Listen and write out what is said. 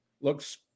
looks